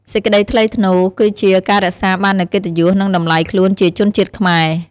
សេចក្តីថ្លៃថ្នូរគឺជា ការរក្សាបាននូវកិត្តិយស និងតម្លៃខ្លួនជាជនជាតិខ្មែរ។